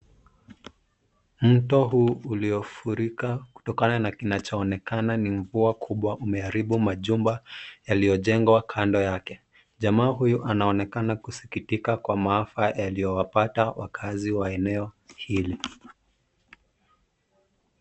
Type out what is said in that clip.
Mto huu uliofurika kutokana na kinachoonekana ni mvua kubwa umeharibu majumba yaliyojengwa kando yake. Jamaa huyu anaonekana kusikitika kwa maafa yaliyowapata wakaazi wa eneo hili.